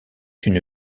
une